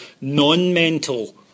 non-mental